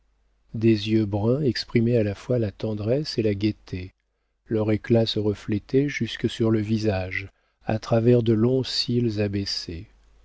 des yeux bruns exprimaient à la fois la tendresse et la gaieté leur éclat se reflétait jusque sur le visage à travers de longs cils abaissés